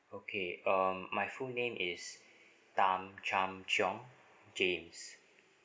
okay um my full name is tan cham chiong james